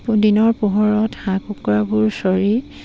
দিনৰ পোহৰত হাঁহ কুকুৰাবোৰ চৰি